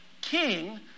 king